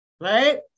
right